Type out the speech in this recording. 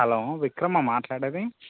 hello విక్రమా మాట్లాడేది